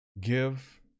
Give